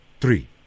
three